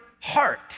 heart